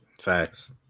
facts